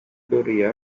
gloria